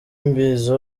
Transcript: mbizi